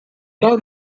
don’t